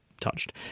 touched